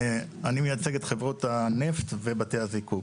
אני מייצג את חברות הנפט ואת בתי הזיקוק.